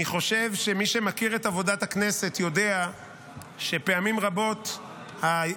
אני חושב שמי שמכיר את עבודת הכנסת יודע שפעמים רבות היכולת